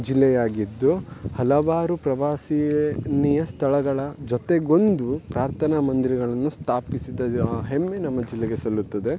ಜಿಲ್ಲೆಯಾಗಿದ್ದು ಹಲವಾರು ಪ್ರವಾಸಿ ನೀಯ ಸ್ಥಳಗಳ ಜೊತೆಗೊಂದು ಪ್ರಾರ್ಥನಾ ಮಂದಿರಗಳನ್ನು ಸ್ಥಾಪಿಸಿದ ಹೆಮ್ಮೆ ನಮ್ಮ ಜಿಲ್ಲೆಗೆ ಸಲ್ಲುತ್ತದೆ